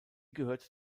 gehört